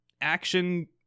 action